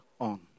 on